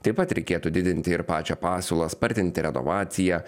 taip pat reikėtų didinti ir pačią pasiūlą spartinti renovaciją